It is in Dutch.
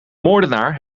moordenaar